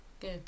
Good